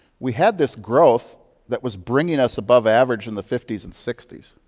we had this growth that was bringing us above average in the fifty s and sixty s.